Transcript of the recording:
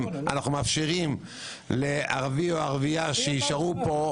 האלה אנחנו מאפשרים לערבי או לערבייה להישאר פה,